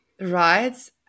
Right